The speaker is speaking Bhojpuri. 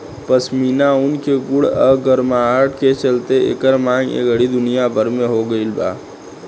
पश्मीना ऊन के गुण आ गरमाहट के चलते एकर मांग ए घड़ी दुनिया भर में हो गइल बा